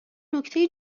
نکته